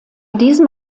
diesem